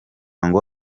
ngo